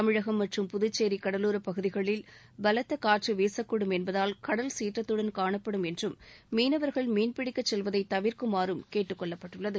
தமிழகம் மற்றும் புதுச்சேரி கடலோரப்பகுதிகளில் பலத்த காற்று வீசக்கூடும் என்பதால் கடல் சீற்றத்துடன் காணப்படும் என்றும் மீனவர்கள் மீன்பிடிக்கச் செல்வதை தவிர்க்குமாறும் கேட்டுக் கொள்ளப்பட்டுள்ளது